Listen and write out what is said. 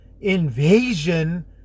invasion